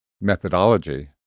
methodology